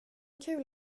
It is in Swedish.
kul